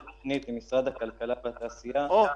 תוכנית עם משרד הכלכלה והתעשייה --- הו,